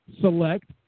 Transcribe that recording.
select